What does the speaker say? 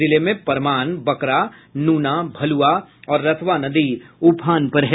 जिले में परमान बकरा नूना भलुआ और रतवा नदी उफान पर है